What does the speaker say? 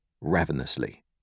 ravenously